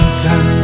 sun